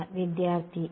വിദ്യാർത്ഥി a